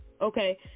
Okay